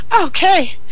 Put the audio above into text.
Okay